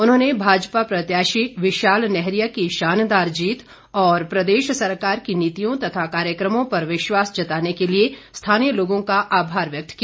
उन्होंने भाजपा प्रत्याशी विशाल नैहरिया की शानदार जीत और प्रदेश सरकार की नीतियों तथा कार्यक्रमों पर विश्वास जताने के लिए स्थानीय लोगों का आभार व्यक्त किया